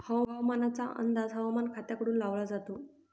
हवामानाचा अंदाज हवामान खात्याकडून लावला जातो